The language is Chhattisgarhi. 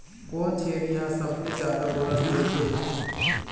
कोन छेरी हर सबले जादा गोरस देथे?